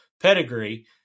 pedigree